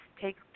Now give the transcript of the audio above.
take